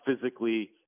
physically